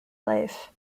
life